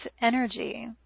energy